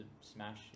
smash